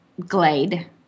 Glade